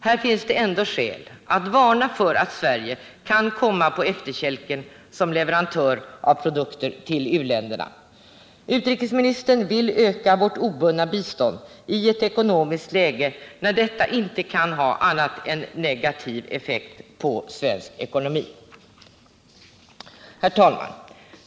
Här finns det ändå skäl att varna för att Sverige kan komma på efterkälken som leverantör av produkter till u-länderna. Utrikesministern vill öka vårt obundna bistånd i ett ekonomiskt läge när detta inte kan ha annat än negativ effekt på svensk ekonomi. Herr talman!